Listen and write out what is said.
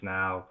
now